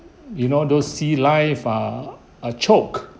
you know those sea life are are choke